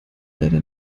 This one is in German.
leider